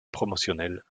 promotionnel